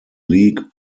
league